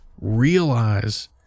realize